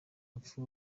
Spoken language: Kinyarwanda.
rupfu